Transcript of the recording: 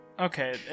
Okay